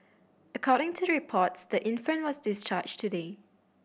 according to reports the infant was discharged today